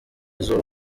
izuba